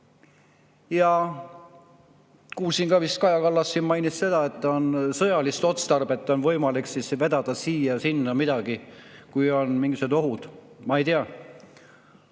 Ja kuulsin ka, vist Kaja Kallas siin mainis seda, et on sõjalisel otstarbel võimalik vedada siia-sinna midagi, kui on mingisugused ohud. Ma ei tea,